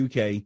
UK